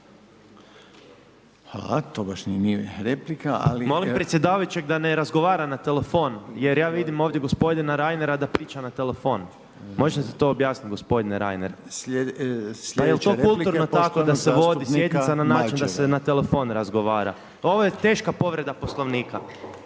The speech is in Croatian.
Molim predsjedavajućeg da ne razgovara na telefon, jer ja vidim ovdje gospodina Reinera da priča na telefon. Može se to objasnit gospodine Reiner?/… Sljedeća replika poštovanog …/Upadica: Pa jer to kulturno tako da se vodi